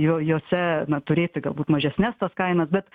jo jose na turėti galbūt mažesnes tas kainas bet